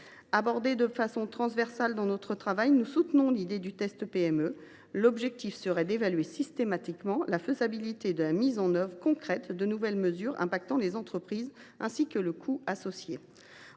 abordé de façon transversale dans notre travail. L’objectif serait d’évaluer systématiquement la faisabilité de la mise en œuvre concrète de nouvelles mesures touchant les entreprises, ainsi que le coût associé.